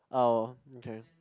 oh okay